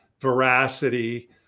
veracity